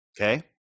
okay